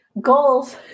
goals